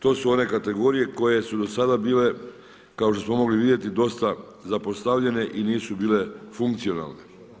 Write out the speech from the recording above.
To su one kategorije koje su do sada bile kao što smo mogli vidjeti dosta zapostavljene i nisu bile funkcionalne.